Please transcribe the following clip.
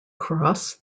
cross